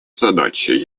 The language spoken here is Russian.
задачи